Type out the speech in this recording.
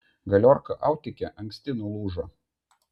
galiorka autike anksti nulūžo